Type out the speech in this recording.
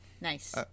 Nice